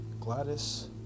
Gladys